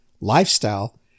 lifestyle